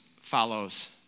follows